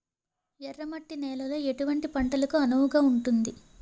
ఎర్ర మట్టి నేలలో ఎటువంటి పంటలకు అనువుగా ఉంటుంది?